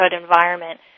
environment